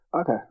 Okay